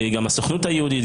גם הסוכנות היהודית,